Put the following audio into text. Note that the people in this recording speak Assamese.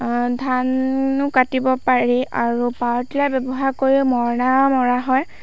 ধানো কাটিব পাৰি আৰু পাৱাৰ টিলাৰ ব্যৱহাৰ কৰি মৰণা মৰা হয়